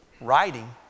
writing